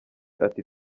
ati